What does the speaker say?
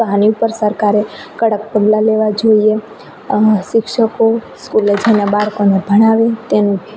તો આની ઉપર સરકારે કડક પગલાં લેવા જોઈએ શિક્ષકો સ્કૂલે જઈને બાળકોને ભણાવે તેનું